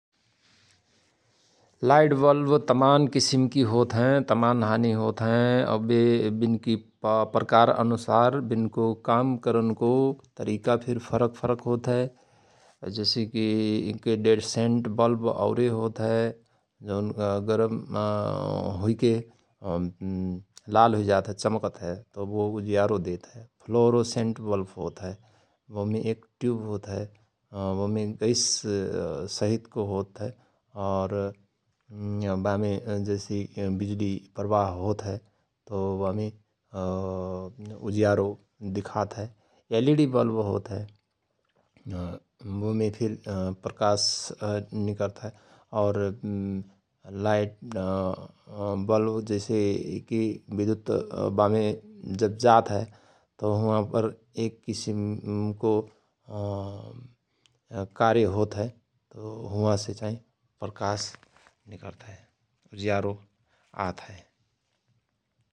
Light bulb तमान किसिमकि होत हय तमान हानी होतहयं । और बे विनकि प्रकार अनुसार विनको काम करनको तरिका फिर फरक फरक होत हय जैसे कि इनक्रिडेन्सेन्ट बल्ब औरि होत हय गरम हुईके उम लाल हुईजात हय चमकत हय तओ बो उजियारो देतहय फ्लोरोसेन्ट बल्फ होत हय बोमे एक ट्युव होतहय और बोमे गैस सहितको होत हय और बामे जैसि विजुली प्रवाह होत हय तओ बामे उजियारो दिखात हय एल इ डी बल्ब होत हय बोमे फिर प्रकाश निकर्त हय और लाईट बल्ब जैसेकि विद्युत्त बामे जात हय तओ हुंआ पर एक किसिमको कार्य होत हय तओ हुआँसे चाईं प्रकास निकर्त हय उजियारो आत हय ।